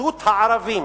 התפשטות הערבים.